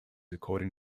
according